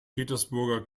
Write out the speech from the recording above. petersburger